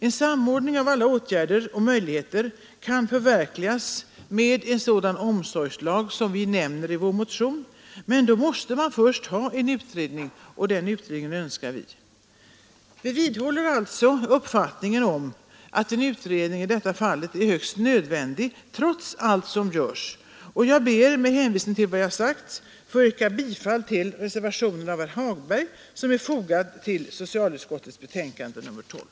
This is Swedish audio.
En samordning av alla åtgärder och möjligheter kan förverkligas med en sådan omsorgslag som vi nämner i vår motion, men då måste man först ha en utredning — och den utredningen önskar vi. Vi vidhåller alltså uppfattningen att en utredning i detta fall är högst nödvändig trots allt som görs. Jag ber med hänvisning till vad jag sagt att få yrka bifall till reservationen som av herr Hagberg fogats till socialutskottets betänkande nr 12.